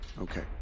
Okay